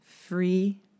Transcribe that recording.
free